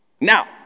Now